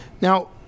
Now